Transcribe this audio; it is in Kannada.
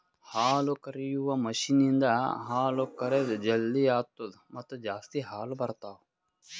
ಹಾಲುಕರೆಯುವ ಮಷೀನ್ ಇಂದ ಹಾಲು ಕರೆದ್ ಜಲ್ದಿ ಆತ್ತುದ ಮತ್ತ ಜಾಸ್ತಿ ಹಾಲು ಬರ್ತಾವ